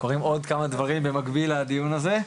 קורים עוד כמה דברים במקביל לדיון הזה,